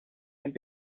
and